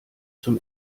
zum